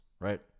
Right